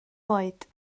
oed